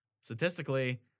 statistically